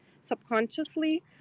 subconsciously